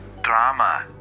drama